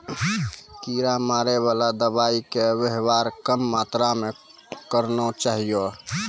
कीड़ा मारैवाला दवाइ के वेवहार कम मात्रा मे करना चाहियो